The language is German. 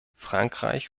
frankreich